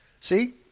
See